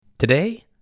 Today